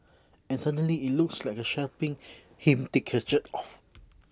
and suddenly IT looks like shopping him take his shirt off